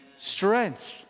strength